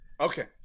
okay